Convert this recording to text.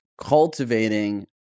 cultivating